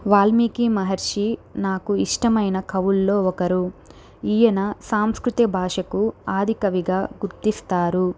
వాల్మీకి మహర్షి నాకు ఇష్టమైన కవులలో ఒకరు ఈయన సంస్కృతిక భాషకు ఆది కవిగా గుర్తిస్తారు